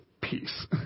peace